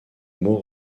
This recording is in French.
mots